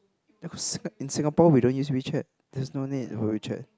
in Singapore we don't use WeChat there's no need for WeChat